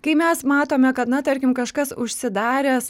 kai mes matome kad na tarkim kažkas užsidaręs